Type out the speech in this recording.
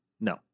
No